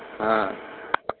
हँ